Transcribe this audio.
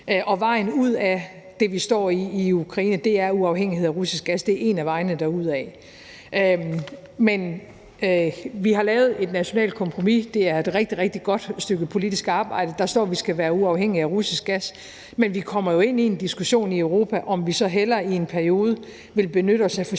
Og vejen ud af det, vi står i i Ukraine, er uafhængighed af russisk gas. Det er en af vejene. Men vi har lavet et nationalt kompromis. Det er et rigtig, rigtig godt stykke politisk arbejde. Der står, at vi skal være uafhængige af russisk gas, men vi kommer jo ind i en diskussion i Europa af, om vi så hellere i en periode vil benytte os af fossile